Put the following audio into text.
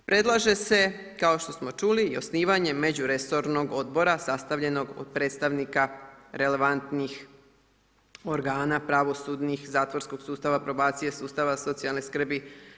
Predlaže se kao smo čuli i osnivanje međuresornog odbora sastavljenog od predstavnika relevantnih organa, pravosudnih, zatvorskog sustava, probacije sustava, socijalne skrbi.